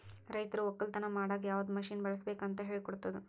ರೈತರು ಒಕ್ಕಲತನ ಮಾಡಾಗ್ ಯವದ್ ಮಷೀನ್ ಬಳುಸ್ಬೇಕು ಅಂತ್ ಹೇಳ್ಕೊಡ್ತುದ್